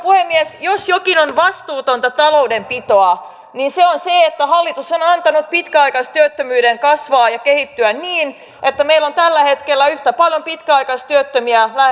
puhemies jos jokin on vastuutonta taloudenpitoa niin se on se että hallitus on on antanut pitkäaikaistyöttömyyden kasvaa ja kehittyä niin että meillä on tällä hetkellä lähes yhtä paljon pitkäaikaistyöttömiä